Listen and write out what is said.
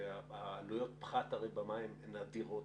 ועלויות הפחת הרי במים הן אדירות,